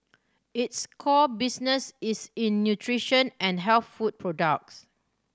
its core business is in nutrition and health food products